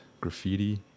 graffiti